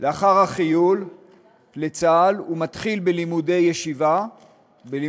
לאחר החיול לצה"ל הוא מתחיל בלימודים בישיבה,